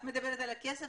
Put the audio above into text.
את מדברת על הכסף,